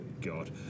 God